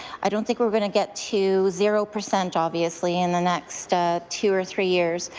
i don't think we're going to get to zero percent obviously in the next ah two or three years.